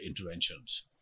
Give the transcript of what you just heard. interventions